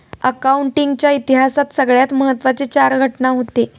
accounting च्या इतिहासात सगळ्यात महत्त्वाचे चार घटना हूते